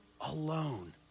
alone